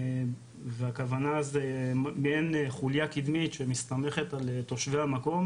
והכוונה זה מעין חוליה קדמית שמסתמכת על תושבי המקום